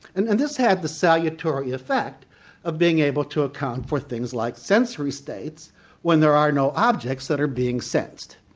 and and this had the salutary effect of being able to account for things like sensory states when there are no objects that are being sensed,